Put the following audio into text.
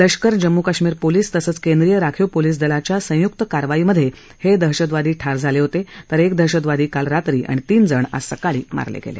लष्कर जम्मू काश्मीर पोलीस तसंच केंद्रीय राखीव पोलीस दलाच्या संयुक्त कारवाईमधे हे दहशतवादी ठार झाले होते तर कि दहशतवादी काल रात्री आणि तीन जण आज सकाळी मारले गेले